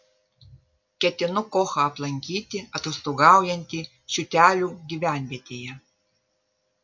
ketinu kochą aplankyti atostogaujantį čiūtelių gyvenvietėje